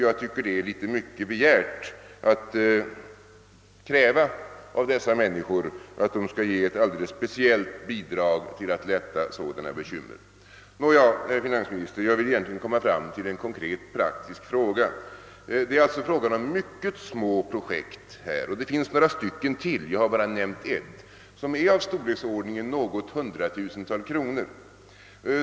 Jag tycker att det är litet för mycket begärt av dessa människor, att de skall ge ett alldeles speciellt bidrag för att lätta sådana bekymmer. Jag vill till slut, herr finansminister, framställa en konkret fråga beträffande dispensgivningen. Det gäller alltså här mycket små projekt. Utöver det jag nämnt finns ytterligare några sådana projekt i storleksordningen något hundratusental kronor.